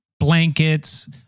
blankets